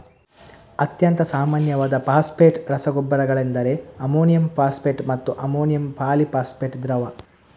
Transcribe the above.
ಅತ್ಯಂತ ಸಾಮಾನ್ಯವಾದ ಫಾಸ್ಫೇಟ್ ರಸಗೊಬ್ಬರಗಳೆಂದರೆ ಅಮೋನಿಯಂ ಫಾಸ್ಫೇಟ್ ಮತ್ತೆ ಅಮೋನಿಯಂ ಪಾಲಿ ಫಾಸ್ಫೇಟ್ ದ್ರವ